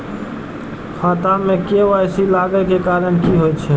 खाता मे के.वाई.सी लागै के कारण की होय छै?